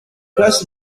person